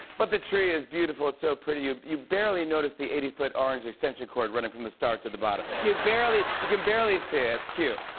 but the tree is beautiful. it's so pretty. ah you barely notice the eighty foot orange extension cord running from the star to the bottom. you barely you can barely see it. it's cute.